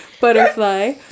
butterfly